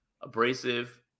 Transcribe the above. abrasive